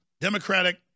Democratic